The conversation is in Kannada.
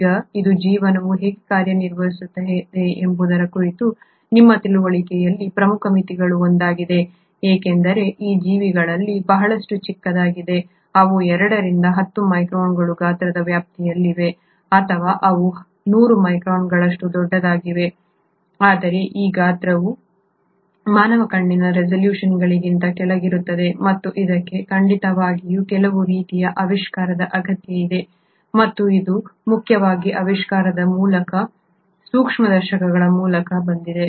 ಈಗ ಇದು ಜೀವನವು ಹೇಗೆ ಕಾರ್ಯನಿರ್ವಹಿಸುತ್ತದೆ ಎಂಬುದರ ಕುರಿತು ನಮ್ಮ ತಿಳುವಳಿಕೆಯಲ್ಲಿ ಪ್ರಮುಖ ಮಿತಿಗಳಲ್ಲಿ ಒಂದಾಗಿದೆ ಏಕೆಂದರೆ ಈ ಜೀವಿಗಳಲ್ಲಿ ಬಹಳಷ್ಟು ಚಿಕ್ಕದಾಗಿದೆ ಅವು 2 ರಿಂದ 10 ಮೈಕ್ರಾನ್ಗಳ ಗಾತ್ರದ ವ್ಯಾಪ್ತಿಯಲ್ಲಿವೆ ಅಥವಾ ಅವು 100 ಮೈಕ್ರಾನ್ಗಳಷ್ಟು ದೊಡ್ಡದಾಗಿರಬಹುದು ಆದರೆ ಈ ಗಾತ್ರವು ಮಾನವ ಕಣ್ಣಿನ ರೆಸಲ್ಯೂಶನ್ಗಿಂತ ಕೆಳಗಿರುತ್ತದೆ ಮತ್ತು ಇದಕ್ಕೆ ಖಂಡಿತವಾಗಿಯೂ ಕೆಲವು ರೀತಿಯ ಆವಿಷ್ಕಾರದ ಅಗತ್ಯವಿದೆ ಮತ್ತು ಇದು ಮುಖ್ಯವಾಗಿ ಆವಿಷ್ಕಾರದ ಮೂಲಕ ಸೂಕ್ಷ್ಮದರ್ಶಕಗಳ ಮೂಲಕ ಬಂದಿದೆ